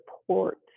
support